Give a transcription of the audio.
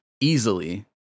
easily